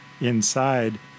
inside